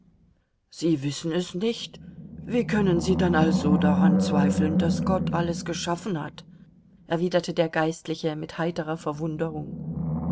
sie wissen es nicht wie können sie dann also daran zweifeln daß gott alles geschaffen hat erwiderte der geistliche mit heiterer verwunderung